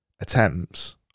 attempts